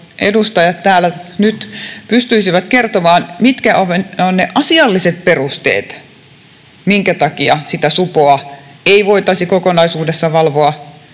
edustajat täällä nyt pystyisivät kertomaan, mitkä ovat ne asialliset perusteet, minkä takia sitä supoa ei voitaisi kokonaisuudessaan valvoa,